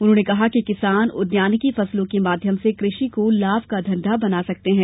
उन्होंने कहा कि किसान उद्यानिकी फसलों के माध्यम से कृषि को लाभ का धंधा बना सकते है